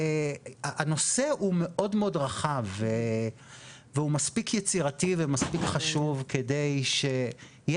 הנושא הוא מאוד מאוד רחב והוא מספיק יצירתי ומספיק חשוב כדי שיהיה